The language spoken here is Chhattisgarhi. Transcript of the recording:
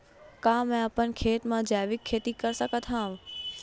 का मैं अपन खेत म जैविक खेती कर सकत हंव?